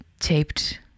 taped